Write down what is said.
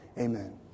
amen